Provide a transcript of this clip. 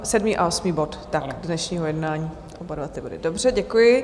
Sedmý a osmý bod dnešního jednání, dobře, děkuji.